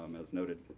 um as noted